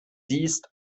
siehst